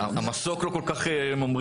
המסוק לא כל כך ממריא,